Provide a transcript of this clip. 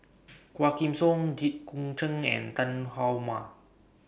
Quah Kim Song Jit Koon Ch'ng and Tan How